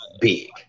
big